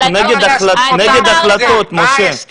אנחנו נגד החלטות, משה.